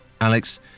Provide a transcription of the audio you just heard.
Alex